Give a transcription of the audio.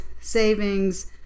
savings